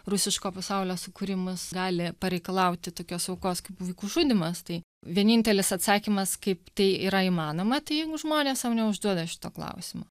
rusiško pasaulio sukūrimas gali pareikalauti tokios aukos kaip vaikų žudymas tai vienintelis atsakymas kaip tai yra įmanoma tai jeigu žmonės sau neužduoda šito klausimo